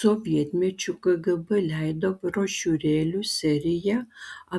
sovietmečiu kgb leido brošiūrėlių seriją